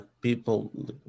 people